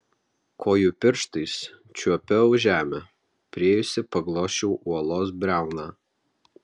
kojų pirštais čiuopiau žemę priėjusi paglosčiau uolos briauną